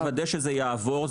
נוודא שזה יעבור.